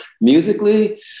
musically